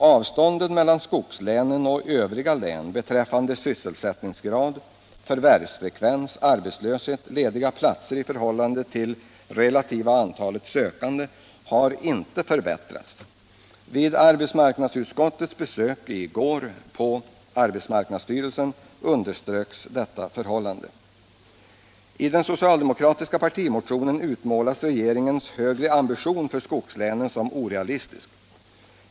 Avståndet mellan skogslänen och övriga län beträffande sysselsättningsgrad, förvärvsfrekvens, arbetslöshet och lediga platser i förhållande till relativa antalet sökande har inte förbättrats. Vid arbetsmarknadsutskottets besök i går på arbetsmarknadsstyrelsen underströks detta förhållande. I den socialdemokratiska partimotionen utmålas regeringens högre ambition för skogslänen som orealistisk.